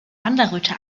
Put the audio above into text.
wanderröte